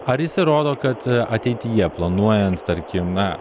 ar jis įrodo kad ateityje planuojant tarkim na